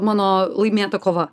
mano laimėta kova